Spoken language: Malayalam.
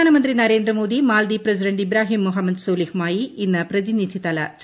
പ്രധാനമന്ത്രി നരേന്ദ്രമോദി മാൽദ്വീപ് പ്രസിഡന്റ് ഇബ്രാഹിം മുഹമ്മദ് സോലിഹുമായി ഇന്ന് പ്രതിനിധിതല ചർച്ച നടത്തും